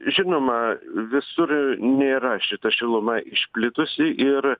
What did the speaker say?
žinoma visur nėra šita šiluma išplitusi ir